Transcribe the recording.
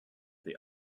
the